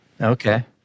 Okay